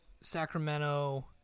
Sacramento